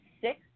six